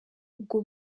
ubwo